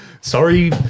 Sorry